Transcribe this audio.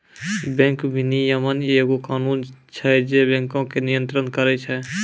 bank विनियमन एगो कानून छै जे बैंको के नियन्त्रण करै छै